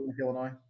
Illinois